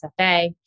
SFA